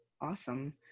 Awesome